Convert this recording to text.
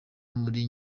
muri